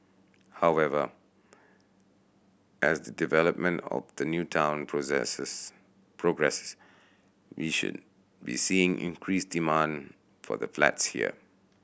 however as the development of the new town progresses we should be seeing increased demand for the flats here